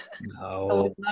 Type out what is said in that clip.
No